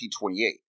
1928